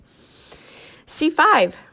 C5